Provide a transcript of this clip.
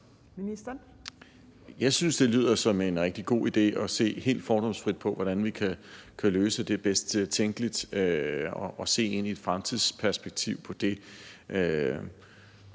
Jeg synes, det lyder som en rigtig god idé at se helt fordomsfrit på, hvordan vi kan løse det bedst tænkeligt og få et fremtidsperspektiv på det.